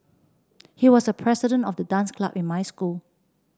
he was the president of the dance club in my school